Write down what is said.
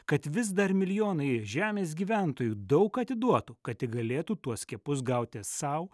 kad vis dar milijonai žemės gyventojų daug atiduotų kad tik galėtų tuos skiepus gauti sau